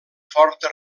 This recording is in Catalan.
forta